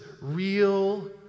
Real